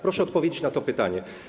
Proszę odpowiedzieć na to pytanie.